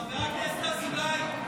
חבר הכנסת אזולאי,